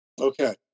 Okay